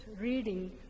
reading